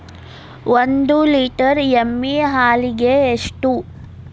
ಒಂದು ಲೇಟರ್ ಎಮ್ಮಿ ಹಾಲಿಗೆ ಎಷ್ಟು?